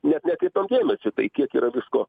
net nekreipiam dėmesio į tai kiek yra visko